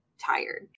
tired